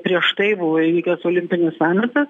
prieš tai buvo įvykęs olimpinis samitas